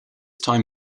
time